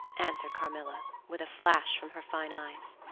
answered carmilla, with a flash from her fine eyes.